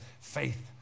faith